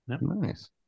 nice